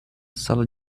sala